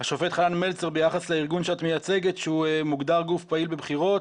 השופט חנן מלצר ביחס לארגון שאת מייצגת שהוא מוגדר גוף פעיל בבחירות